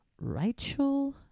Rachel